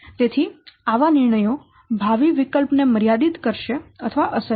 તેથી આવા નિર્ણયો ભાવિ વિકલ્પ ને મર્યાદિત કરશે અથવા અસર કરશે